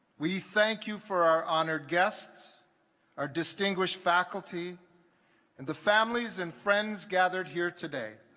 we thank you for our honored guests our distinguished faculty and the families and friends gathered here today